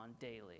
daily